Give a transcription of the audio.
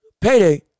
payday